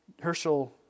Herschel